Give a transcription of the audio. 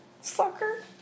sucker